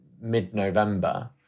mid-November